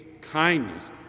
kindness